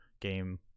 Game